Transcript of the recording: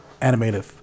animated